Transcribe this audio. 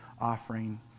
offering